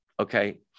okay